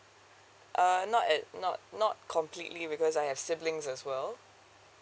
err not at not not completely because I have siblings as well